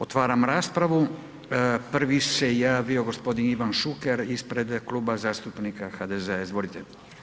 Otvaram raspravu, prvi se javio g. Ivan Šuker ispred Kluba zastupnika HDZ-a, izvolite.